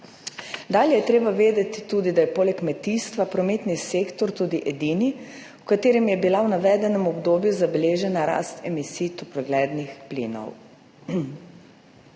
Dalje je treba vedeti tudi, da je poleg kmetijstva prometni sektor tudi edini, v katerem je bila v navedenem obdobju zabeležena rast emisij toplogrednih plinov